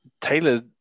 Taylor